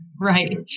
Right